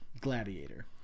Gladiator